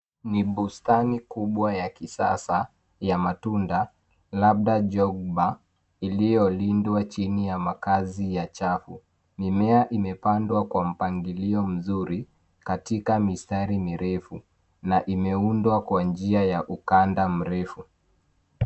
Ni bustani kubwa ya kisasa ya matunda labda jogba iliyolindwa chini ya makaazi ya chafu mimea imepandwa kwa mpangilio mzuri katika mistari mirefu na imeundwa kwa njia ya ukanda mrefu